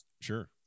Sure